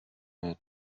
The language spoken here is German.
mit